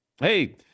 Hey